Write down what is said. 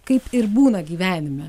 kaip ir būna gyvenime